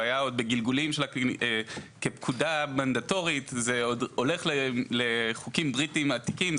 הוא היה עוד כפקודה מנדטורית והולך לחוקים בריטיים עתיקים.